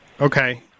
Okay